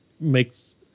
makes